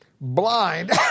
blind